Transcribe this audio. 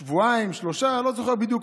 שבועיים, שלושה, לא זוכר בדיוק.